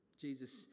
Jesus